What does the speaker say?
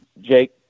Jake